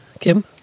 Kim